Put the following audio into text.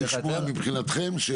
לשמוע מבחינתכם,